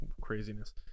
craziness